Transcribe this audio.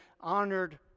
honored